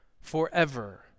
forever